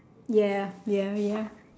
ya ya ya